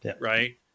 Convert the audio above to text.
Right